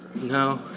No